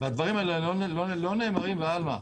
הדברים האלה לא נאמרים סתם,